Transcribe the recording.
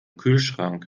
kühlschrank